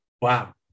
Wow